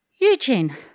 Eugene